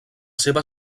seva